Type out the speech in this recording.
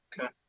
Okay